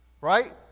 Right